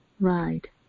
Ride